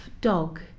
dog